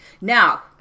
Now